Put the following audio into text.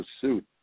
pursuit